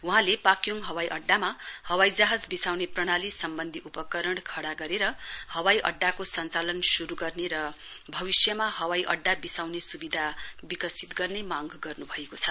वहाँले पाक्योङ हवाईअड्डामा हवाईजहाज विसाउने प्रणाली सम्बन्धी उपकाण खड्डा गरेर हवाई अड्डाको संचाला शूरु गर्ने र भविष्यमा हवाईअड्डा बिसाउने सुविधा विकसित गर्ने मांग गर्नु भएको छ